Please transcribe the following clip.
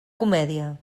comèdia